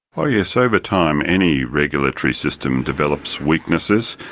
oh yes, over time any regulatory system develops weaknesses,